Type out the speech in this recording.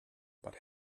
but